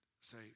say